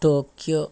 Tokyo